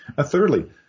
Thirdly